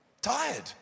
tired